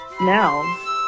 now